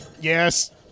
Yes